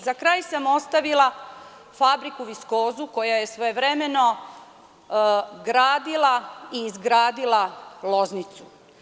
Za kraj sam ostavila fabriku „Viskozu“ koja je svojevremeno gradila i izgradila Loznicu.